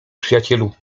przyjacielu